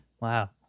Wow